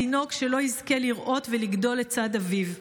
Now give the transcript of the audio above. התינוק שלא יזכה לראותו ולגדול לצד אביו.